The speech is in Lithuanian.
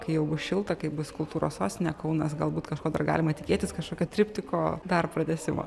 kai jau šilta kaip bus kultūros sostine kaunas galbūt kažko dar galima tikėtis kažkokio triptiko dar pratęsimo